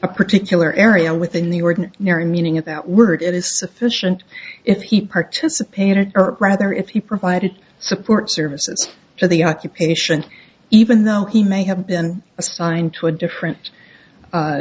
a particular area within the ordinary meaning of that word it is sufficient if he participated or rather if he provided support services for the occupation even though he may have been assigned to a different u